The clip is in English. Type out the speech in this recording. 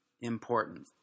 important